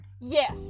Yes